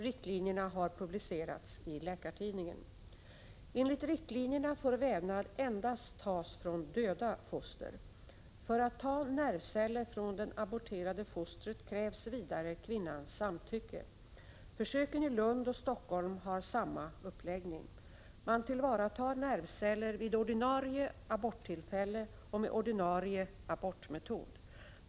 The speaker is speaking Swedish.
Riktlinjerna har publicerats i Läkartidningen. Enligt riktlinjerna får vävnad tas endast från döda foster. För att få ta nervceller från det aborterade fostret krävs vidare kvinnans samtycke. Försöken i Lund och Stockholm har samma uppläggning. Man tillvaratar nervceller vid ordinarie aborttillfälle och med ordinarie abortmetod.